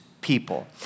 people